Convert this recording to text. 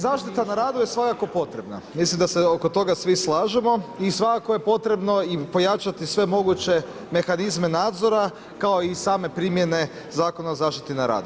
Zaštita na radu je svakako potrebna, mislim da se oko toga svi slažemo i svakako je potrebno i pojačati sve moguće mehanizme nadzora kao i same primjene Zakona o zaštiti na radu.